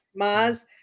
Maz